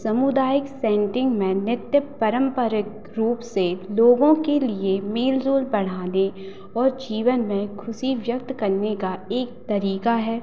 सामुदायिक सेंटिंग में नृत्य पारम्परिक रूप से लोगों के लिए मेल जोल बढ़ाने और जीवन में ख़ुशी व्यक्त करने का एक तरीक़ा है